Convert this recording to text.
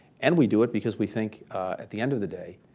and we do it because we think at the end of the day,